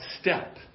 step